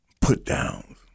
put-downs